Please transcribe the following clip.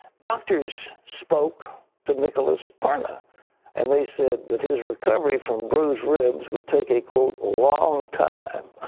doctors spoke to nicholas parna and they said that his recovery from bruised ribs would take a quote, long time.